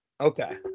Okay